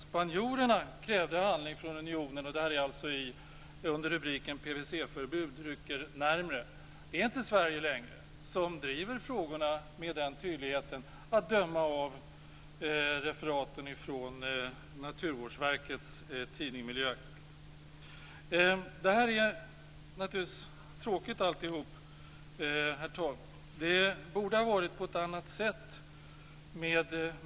Spanjorerna krävde handling från unionen. Rubriken på artikeln lyder: PVC förbud rycker närmare. Det är inte längre Sverige som driver den frågan att döma av referaten i Naturvårdsverkets tidning Miljöaktuellt. Herr talman! Detta är naturligtvis tråkigt. Miljöarbetet borde ha utförts på ett annat sätt.